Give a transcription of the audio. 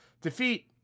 Defeat